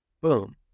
boom